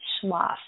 Schloss